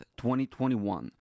2021